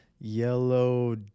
Yellow